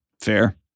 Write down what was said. fair